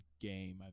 game